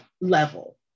level